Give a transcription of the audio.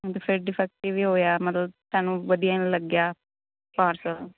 ਡਿਫੈ defective ਹੀ ਹੋਇਆ ਮਤਲਬ ਸਾਨੂੰ ਵਧੀਆ ਨਹੀਂ ਲੱਗਿਆ ਪਾਰਸਲ